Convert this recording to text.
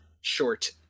short